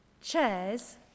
chairs